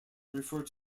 referred